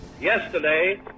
Yesterday